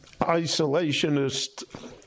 isolationist